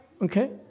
Okay